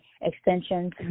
extensions